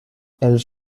els